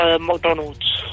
McDonald's